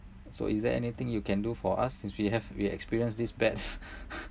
so is there anything you can do for us since we have we experienced this bad